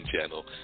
channel